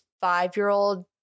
five-year-old